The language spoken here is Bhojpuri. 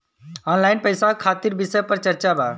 ऑनलाइन पैसा खातिर विषय पर चर्चा वा?